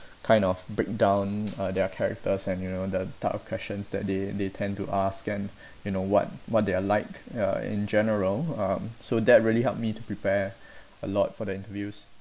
kind of breakdown uh their characters and you know the type of questions that they they tend to ask and you know what what they are like ya in general um so that really helped me to prepare a lot for the interviews